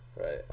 Right